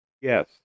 Yes